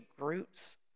groups